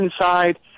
inside